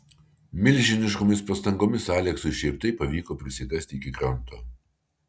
milžiniškomis pastangomis aleksui šiaip taip pavyko prisikasti iki kranto